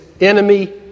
enemy